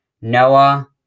Noah